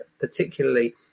Particularly